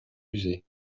musées